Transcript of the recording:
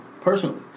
personally